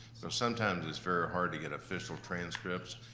so sometimes it's very hard to get official transcripts.